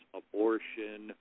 abortion